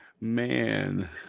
Man